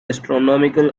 astronomical